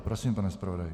Prosím, pane zpravodaji.